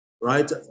right